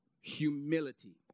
humility